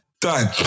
done